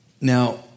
Now